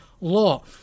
law